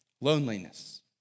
Loneliness